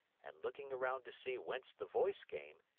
and looking around to see whence the voice came,